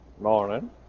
Morning